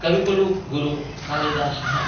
कविकुलगुरुकालिदासः